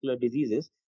diseases